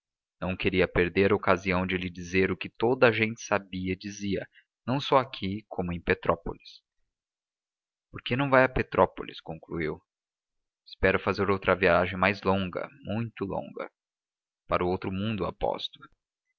não queria perder a ocasião de lhe dizer o que toda a gente sabia e dizia não só aqui como em petrópolis por que não vai a petrópolis concluiu espero fazer outra viagem mais longa muito longa para o outro mundo aposto